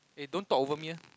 eh don't talk over me eh